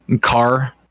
car